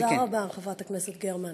תודה רבה, חברת הכנסת גרמן.